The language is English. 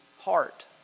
heart